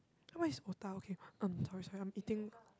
what is otah okay um sorry sorry I'm eating